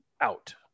Out